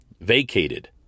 vacated